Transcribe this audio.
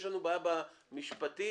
יש לנו בעיה מבחינה משפטית.